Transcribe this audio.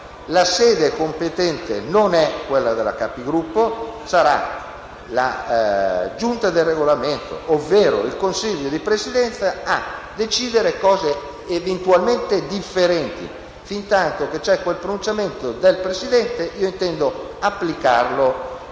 La sede competente non è la Conferenza dei Capigruppo, ma sarà la Giunta per il Regolamento, ovvero il Consiglio di Presidenza, a decidere eventualmente in maniera differente. Fintanto che c'è quel pronunciamento del Presidente intendo applicarlo